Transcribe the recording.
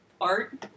art